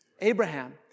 Abraham